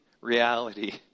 reality